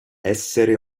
essere